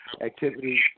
activities